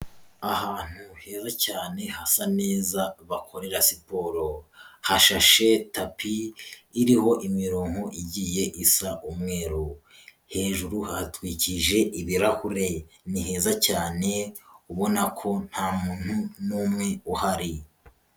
Ahantu heza cyane hasa neza, bakorera siporo, hashashe tapi iriho imirongo igiye isa umweru, hejuru hatwikirije ibirahure, ni heza cyane, ubona ko nta muntu n'umwe uhari.